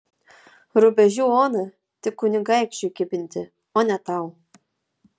rubežių oną tik kunigaikščiui kibinti o ne tau